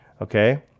Okay